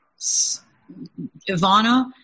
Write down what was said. Ivana